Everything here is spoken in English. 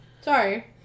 Sorry